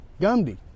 Gandhi